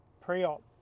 pre-op